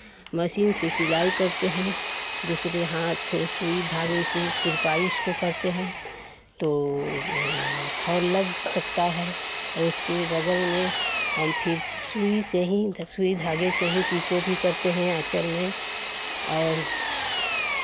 machine से सिलाई करते हैं दूसरे हाथ सुई धागे से तुरपाई उसको करते हैं तो फॉल लग सकता है उसके बगल में हम फिर सुई से ही सुई धागे से ही पीको भी करते हैं आँचल में और